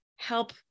help